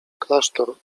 klasztor